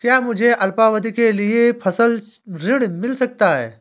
क्या मुझे अल्पावधि के लिए फसल ऋण मिल सकता है?